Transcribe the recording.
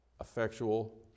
Effectual